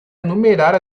enumerar